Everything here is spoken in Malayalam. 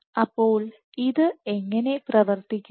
അപ്പോൾ ഇത് എങ്ങനെ പ്രവർത്തിക്കുന്നു